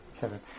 Kevin